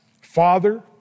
father